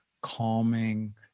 calming